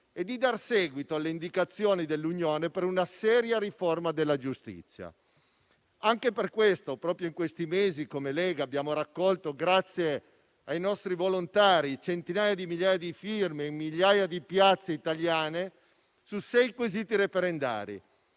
e di dar seguito alle indicazioni dell'Unione per una seria riforma della giustizia. Anche per questo, proprio in questi mesi come Lega abbiamo raccolto, grazie ai nostri volontari, centinaia di migliaia di firme in migliaia di piazze italiane su sei quesiti referendari,